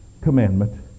commandment